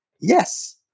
Yes